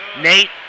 Nate